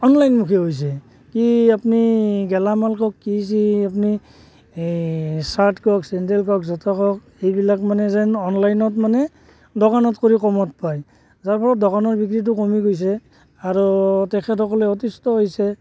অনলাইনমুখী হৈছে কি আপনি গেলামাল কওক কি হৈছি আপনি এই চাৰ্ট কওক চেণ্ডেল কওক জোতা কওক এইবিলাক মানে যেন অনলাইনত মানে দোকানত কৰি কমত পায় যাৰ ফলত দোকানৰ বিক্ৰীটো কমি গৈছে আৰু তেখেতসকলেও অতিষ্ঠ হৈছে